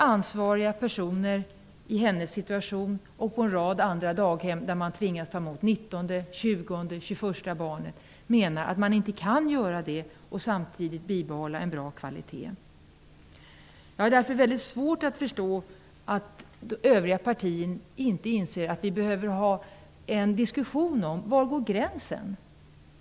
Ansvariga personer på en rad andra daghem, som tvingats ta emot 19:e, 20:e och 21:a barnet, menar att man inte kan göra på det sättet och samtidigt bibehålla en bra kvalitet. Jag har därför väldigt svårt att förstå att övriga partier inte inser att vi behöver föra en diskussion om var gränsen går.